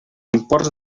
imports